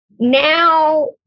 Now